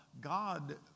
God